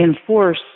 enforce